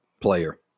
player